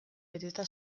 beteta